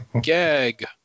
Gag